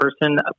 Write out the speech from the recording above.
person